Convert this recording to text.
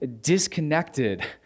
disconnected